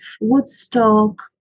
Woodstock